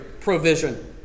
provision